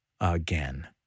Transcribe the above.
again